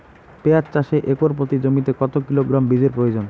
পেঁয়াজ চাষে একর প্রতি জমিতে কত কিলোগ্রাম বীজের প্রয়োজন?